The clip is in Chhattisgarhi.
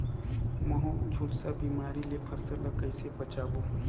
महू, झुलसा बिमारी ले फसल ल कइसे बचाबो?